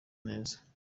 neza